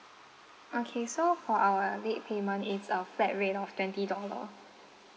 okay so for our late payment it's a flat rate of twenty dollar